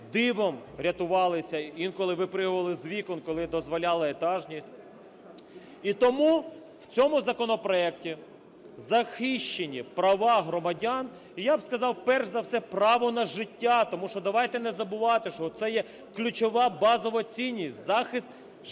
дивом рятувались, інколи вистрибували з вікон, коли дозволяла етажність. І тому в цьому законопроекті захищені права громадян і, я б сказав, перш за – все право на життя. Тому що давайте не забувати, що це є ключова базова цінність – захист життя